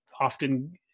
often